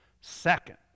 second